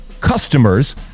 customers